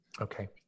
Okay